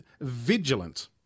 vigilant